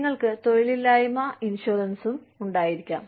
നിങ്ങൾക്ക് തൊഴിലില്ലായ്മ ഇൻഷുറൻസും ഉണ്ടായിരിക്കാം